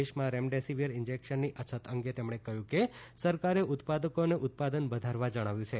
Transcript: દેશમાં રેમડેસિવીર ઇન્જેકશનની અછત અંગે તેમણે કહ્યું કે સરકારે ઉત્પાદકોને ઉત્પાદન વધારવા જણાવ્યું છે